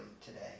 today